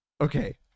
Okay